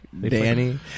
Danny